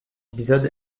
épisode